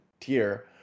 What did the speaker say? tier